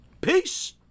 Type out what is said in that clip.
Peace